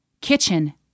Kitchen